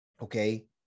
okay